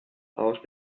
aus